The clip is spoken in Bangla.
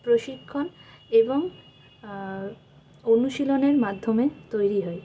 প্রশিক্ষণ এবং অনুশীলনের মাধ্যমে তৈরি হয়